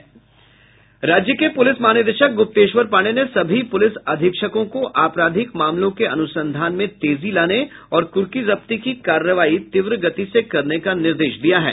राज्य के पुलिस महानिदेशक गुप्तेश्वर पांडेय ने सभी पुलिस अधीक्षको को आपराधिक मामलों के अनुसंधान में तेजी लाने और कुर्की जब्ती की कार्रवाई तीव्र गति से करने का निर्देश दिया है